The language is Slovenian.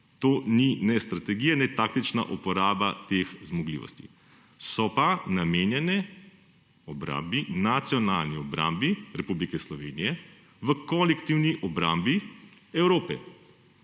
To ni ne strategija ne taktična uporaba teh zmogljivosti. So pa namenjene obrambi, nacionalni obrambi Republike Slovenije v kolektivni obrambi Evrope.